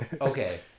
okay